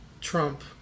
Trump